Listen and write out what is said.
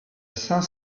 cinq